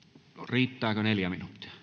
riittääkö